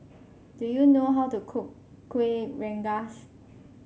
do you know how to cook Kueh Rengas